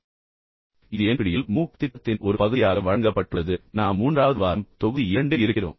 எனவே இந்த பாடநெறி N P T E L MOOCs திட்டத்தின் ஒரு பகுதியாக உங்களுக்கு வழங்கப்பட்டுள்ளது நாம் மூன்றாவது வாரம் தொகுதி இரண்டில் இருக்கிறோம்